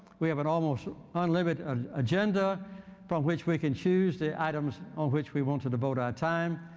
we have an almost so unlimited ah agenda from which we can choose the items on which we want to devote our time,